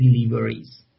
deliveries